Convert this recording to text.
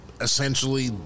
essentially